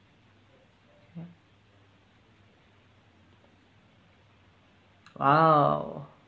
ya !wow!